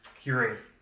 hearing